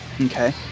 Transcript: Okay